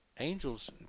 Angels